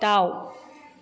दाउ